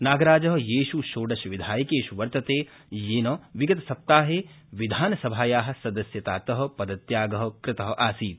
नागराज येष् षोडशविधायकेष् वर्तते येन विगतसप्ताहे विधानसभाया सदस्यतात पदत्याग कृत आसीत्